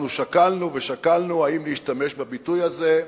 אנחנו שקלנו ושקלנו אם להשתמש בביטוי הזה,